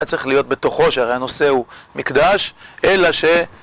זה לא צריך להיות בתוכו שהרעיון עושה הוא מקדש, אלא ש...